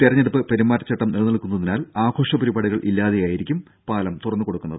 തെരഞ്ഞെടുപ്പ് പെരുമാറ്റച്ചട്ടം നിലനിൽക്കുന്ന തിനാൽ ആഘോഷ പരിപാടികൾ ഇല്ലാതെയായിരിക്കും പാലം തുറന്ന് കൊടുക്കുന്നത്